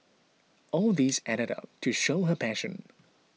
all these added up to show her passion